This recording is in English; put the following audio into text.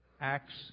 acts